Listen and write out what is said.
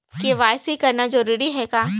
KYC कराना जरूरी है का?